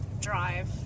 drive